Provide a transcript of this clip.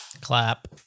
Clap